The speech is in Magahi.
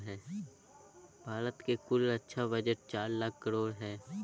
भारत के कुल रक्षा बजट चार लाख करोड़ हय